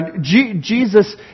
Jesus